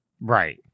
Right